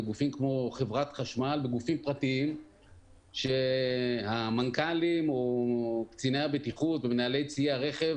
חברת חשמל בגופים פרטיים שהמנכ"לים או קציני הבטיחות ומנהלי ציי רכב